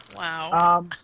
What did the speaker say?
wow